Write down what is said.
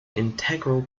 integral